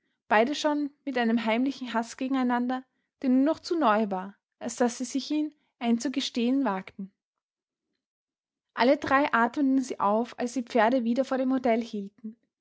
beide schon mit einem heimlichen haß gegeneinander der nur noch zu neu war als daß sie sich ihn einzugestehen wagten alle drei atmeten sie auf als die pferde wieder vor dem hotel hielten